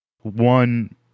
One